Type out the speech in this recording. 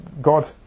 God